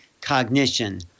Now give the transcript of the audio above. cognition